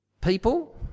people